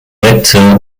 director